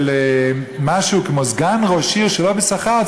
של משהו כמו סגן ראש עיר שלא בשכר,